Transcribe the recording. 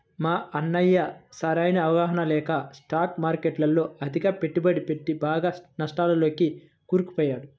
మా అన్నయ్య సరైన అవగాహన లేక స్టాక్ మార్కెట్టులో అతిగా పెట్టుబడి పెట్టి బాగా నష్టాల్లోకి కూరుకుపోయాడు